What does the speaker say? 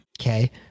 Okay